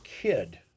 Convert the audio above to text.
kid